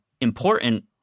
important